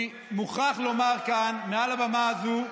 אני מוכרח לומר כאן מעל הבמה הזו,